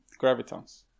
gravitons